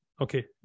Okay